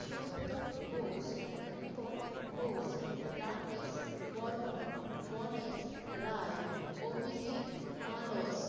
Sudipta Ghosh Anupam Ghosh Rakesh Barman Ganesh Roy Abhijit mulch